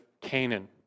Canaan